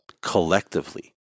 collectively